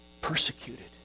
persecuted